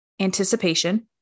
anticipation